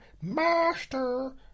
Master